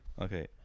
Okay